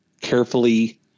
carefully